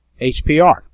HPR